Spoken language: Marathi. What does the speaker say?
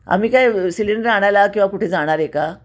आम्ही काय सिलेंडर आणायला किंवा कुठे जाणार आहे का